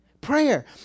prayer